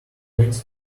twenty